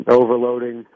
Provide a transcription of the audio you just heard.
overloading